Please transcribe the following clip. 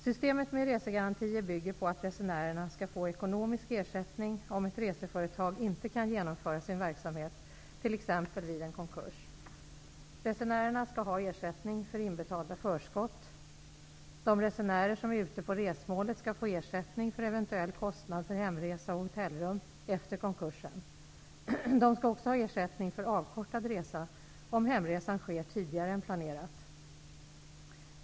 Systemet med resegarantier bygger på att resenärerna skall få ekonomisk ersättning om ett reseföretag inte kan genomföra sin verksamhet, t.ex. vid en konkurs. Resenärerna skall ha ersättning för inbetalda förskott. De resenärer som är ute på resmålet skall få ersättning för eventuell kostnad för hemresa och hotellrum efter konkursen. De skall också ha ersättning för avkortad resa, om hemresan sker tidigare än planerat.